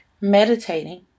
meditating